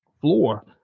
floor